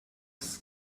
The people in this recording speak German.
ist